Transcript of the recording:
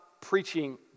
preaching